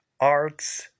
arts